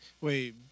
Wait